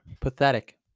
Pathetic